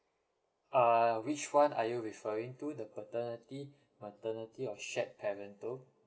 err which one are you referring to the paternity maternity or shared parental